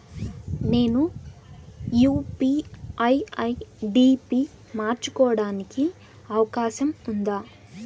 నేను UPI ID పి మార్చుకోవడానికి అవకాశం ఉందా?